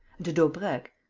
to daubrecq,